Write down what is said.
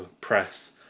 press